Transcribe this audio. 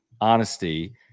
honesty